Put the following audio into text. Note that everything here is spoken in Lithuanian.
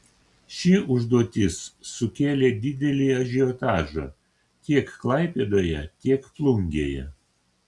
ši užduotis sukėlė didelį ažiotažą tiek klaipėdoje tiek plungėje